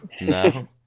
No